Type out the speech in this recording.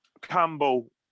Campbell